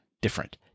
different